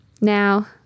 Now